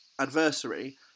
adversary